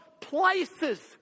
places